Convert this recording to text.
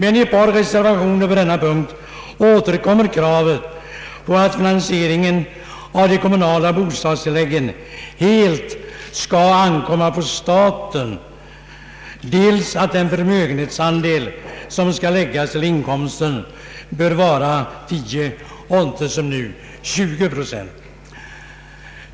I ett par reservationer vid denna punkt återkommer kravet att finansieringen av de kommunala bostadstilläggen helt skall ankomma på staten. Reservanterna begär också att den förmögenhetsandel som skall läggas till inkomsten skall vara 10 procent och inte som nu 20 procent.